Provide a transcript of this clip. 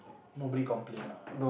nobody complain ah